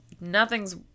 Nothing's